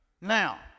Now